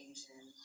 Asian